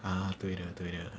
啊对的对的